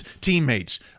teammates